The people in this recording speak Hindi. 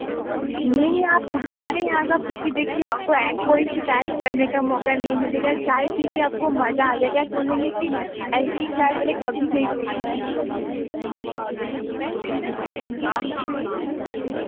नहीं आप हमारे यहाँ का पीकर देखिए आपको ऐसे कोई शिकायत करने का मौका नहीं मिलेगा चाय पीकर आपको मज़ा आ जाएगा बोलेंगे की आपको ऐसी चाय मैंने कभी नहीं पी है